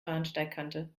bahnsteigkante